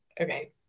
Okay